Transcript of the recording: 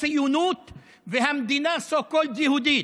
הציונות והמדינה so called יהודית.